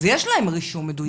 אז יש להם רישום מדויק.